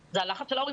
הלחץ של ההורים.